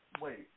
Wait